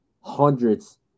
hundreds